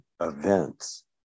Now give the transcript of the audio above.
Events